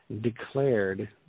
declared